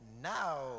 Now